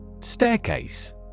Staircase